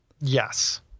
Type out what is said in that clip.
Yes